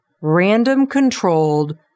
random-controlled